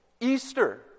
Easter